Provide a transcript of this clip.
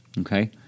Okay